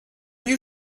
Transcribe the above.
you